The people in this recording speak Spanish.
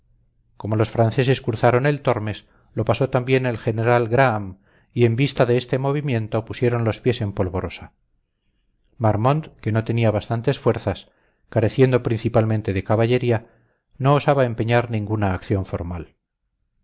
como los franceses cruzaron el tormes lo pasó también el general graham y en vista de este movimiento pusieron los pies en polvorosa marmont que no tenía bastantes fuerzas careciendo principalmente de caballería no osaba empeñar ninguna acción formal